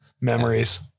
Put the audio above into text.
Memories